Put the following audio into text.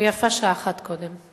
ויפה שעה אחת קודם.